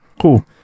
Cool